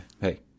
hey